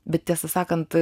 bet tiesą sakant